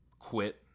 quit